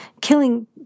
killing